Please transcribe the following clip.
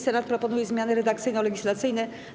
Senat proponuje zmiany redakcyjno-legislacyjne.